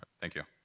thank you.